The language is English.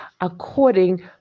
according